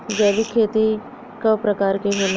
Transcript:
जैविक खेती कव प्रकार के होला?